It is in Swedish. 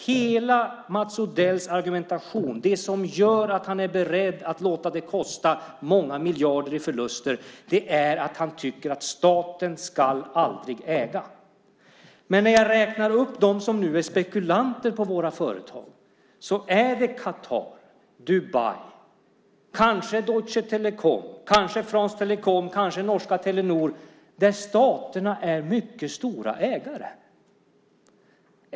Hela Mats Odells argumentation, det som gör att han är beredd att låta det kosta många miljarder i förluster, är att han tycker att staten aldrig ska äga. Men jag kan räkna upp dem som nu är spekulanter på våra företag, och det är Quatar, Dubai, kanske Deutsche Telecom, kanske France Telecom, kanske norska Telenor, där staterna är mycket stora ägare.